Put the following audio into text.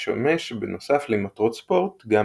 ומשמש בנוסף למטרות ספורט גם